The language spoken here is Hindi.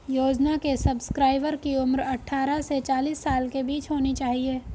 योजना के सब्सक्राइबर की उम्र अट्ठारह से चालीस साल के बीच होनी चाहिए